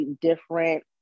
different